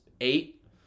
Eight